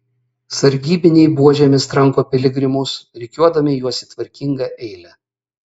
sargybiniai buožėmis tranko piligrimus rikiuodami juos į tvarkingą eilę